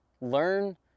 learn